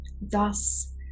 Thus